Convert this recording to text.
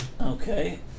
Okay